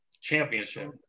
Championship